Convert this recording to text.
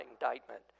indictment